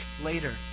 later